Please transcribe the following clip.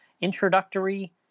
introductory